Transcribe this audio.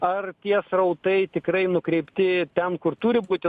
ar tie srautai tikrai nukreipti ten kur turi būti